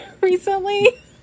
recently